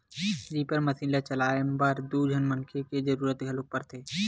reaper machine ल चलाए बर दू झन मनखे के जरूरत घलोक परथे